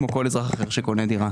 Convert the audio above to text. כמו כל אזרח אחר שקונה דירה.